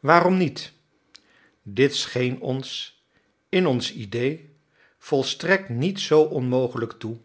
waarom niet dit scheen ons in ons idee volstrekt niet zoo onmogelijk toe